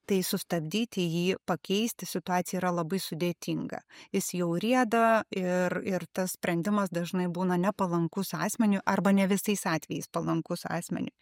tai sustabdyti jį pakeisti situaciją yra labai sudėtinga jis jau rieda ir ir tas sprendimas dažnai būna nepalankus asmeniui arba ne visais atvejais palankus asmeniui